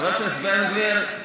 חבר הכנסת בן גביר,